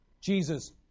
Jesus